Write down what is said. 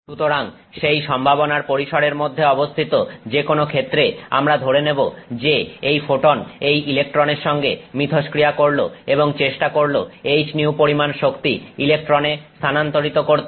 সুতরাং সেই সম্ভাবনার পরিসরের মধ্যে অবস্থিত যেকোন ক্ষেত্রে আমরা ধরে নেব যে এই ফোটন এই ইলেকট্রনের সঙ্গে মিথস্ক্রিয়া করল এবং চেষ্টা করল hυ পরিমাণ শক্তি ইলেকট্রনে স্থানান্তরিত করতে